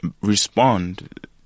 respond